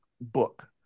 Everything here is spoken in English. Book